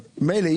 מילא,